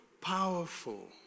powerful